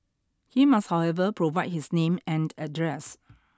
he must however provide his name and address